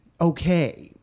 okay